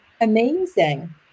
amazing